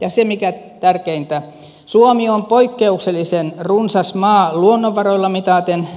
ja mikä tärkeintä suomi on poikkeuksellisen runsas maa luonnonvaroilla mitaten